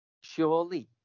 surely